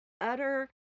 utter